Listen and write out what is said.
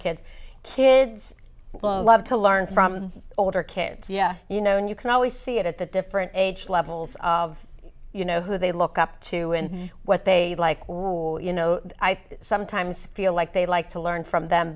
kids kid well loved to learn from the older kids you know and you can always see it at the different age levels of you know who they look up to and what they like you know i sometimes feel like they like to learn from them